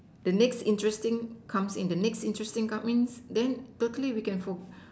the next interesting comes the next interesting coming then totally we can for